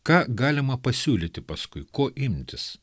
ką galima pasiūlyti paskui ko imtis